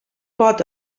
pot